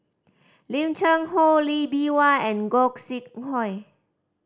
Lim Cheng Hoe Lee Bee Wah and Gog Sing Hooi